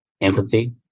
Empathy